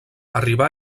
arribà